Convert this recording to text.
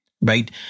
right